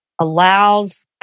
allows